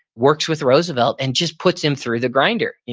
works with roosevelt and just puts him through the grinder.